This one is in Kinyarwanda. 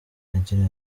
agira